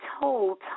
told